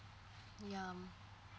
ya